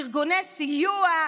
ארגוני סיוע,